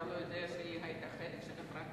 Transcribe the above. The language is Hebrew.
אתה לא יודע שהיא היתה חלק מההפרטה?